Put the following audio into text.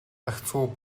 гагцхүү